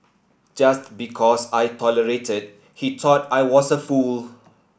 just because I tolerated he thought I was a fool